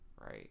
right